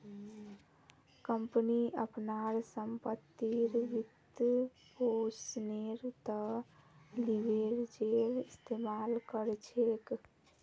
company अपनार संपत्तिर वित्तपोषनेर त न लीवरेजेर इस्तमाल कर छेक